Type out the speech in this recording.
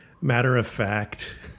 matter-of-fact